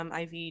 IV